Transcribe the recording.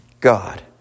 God